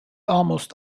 almost